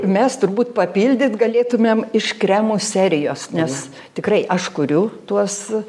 mes turbūt papildyt galėtumėm iš kremų serijos nes tikrai aš kuriu tuos